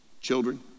Children